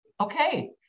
Okay